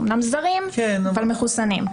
אמנם זרים אבל מחוסנים.